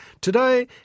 Today